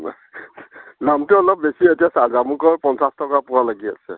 দামটো অলপ বেছি এতিয়া জামুকৰ পঞ্চাশ টকা পোৱা লাগি আছে